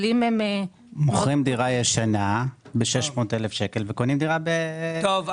מוכרים דירה ישנה ב-600,000 שקל וקונים דירה --- טוב,